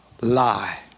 lie